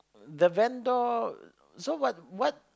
the vendor so what what